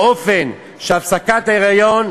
באופן שהפסקת ההיריון,